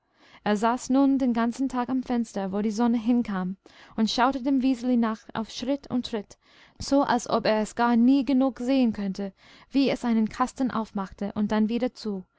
er saß nun den ganzen tag am fenster wo die sonne hinkam und schaute dem wiseli nach auf schritt und tritt so als ob er es gar nie genug sehen könnte wie es einen kasten aufmachte und dann wieder zu